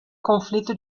conflito